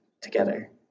together